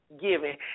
giving